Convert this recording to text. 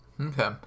Okay